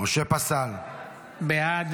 בעד